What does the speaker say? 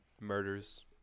murders